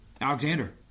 Alexander